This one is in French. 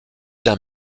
d’un